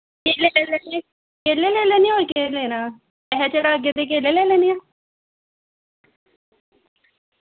केले लेई लैगे केले लेई लैन्ने आं होर केह् लेना पैहे चढ़ागे ते केले लेई लैन्ने आं